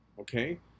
okay